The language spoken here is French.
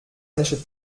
n’achète